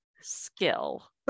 skill